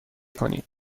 کنید